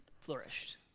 flourished